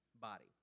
body